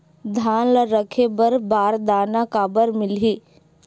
धान ल रखे बर बारदाना काबर मिलही?